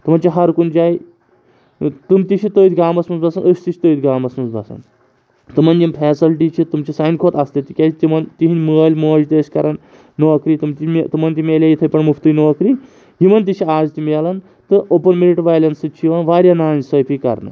تِمَن چھِ ہر کُنہِ جاے تِٕ تہِ چھِ تٔتھۍ گامَس منٛز بَسان أسۍ تہِ چھِ تٔتھۍ گامَس منٛز بَسان تِمَن یِم فیسَلٹی چھِ تِم چھِ سانہِ کھۄتہٕ اَصل تِکیازِ تِمَن تِہِنٛدۍ مٲلۍ مٲج تہِ ٲسۍ کَران نوکری تِم تہِ مےٚ تِمَن تہِ مِلے یِتھٕے پٲٹھۍ مُفتٕے نوکری یِمَن تہِ چھِ آز تہِ مِلَان تہٕ اوٚپُن میٚرِٹ والٮ۪ن سۭتۍ چھِ یِوان واریاہ ناانصٲفی کَرنہٕ